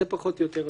זה פחות או יותר.